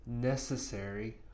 necessary